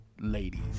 Ladies